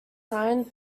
signed